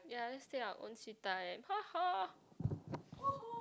ya let's take our own sweet time